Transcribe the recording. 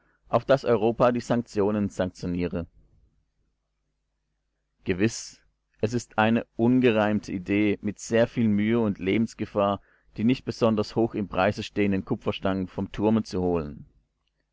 auf daß europa die sanktionen sanktioniere gewiß es ist eine ungereimte idee mit sehr viel mühe und lebensgefahr die nicht besonders hoch im preise stehenden kupferstangen vom turme zu holen